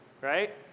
right